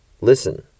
Listen